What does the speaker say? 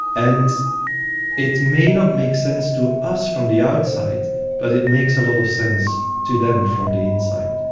and it may not make sense to us from the outside but it makes a lot of sense to them from the inside.